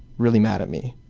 really mad at me.